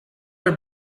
are